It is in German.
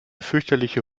fürchterliche